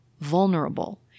vulnerable